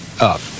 up